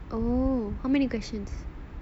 oh how many questions